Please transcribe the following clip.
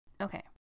Okay